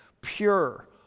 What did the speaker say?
pure